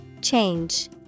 Change